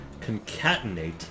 concatenate